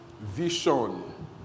Vision